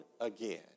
again